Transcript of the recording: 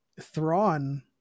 Thrawn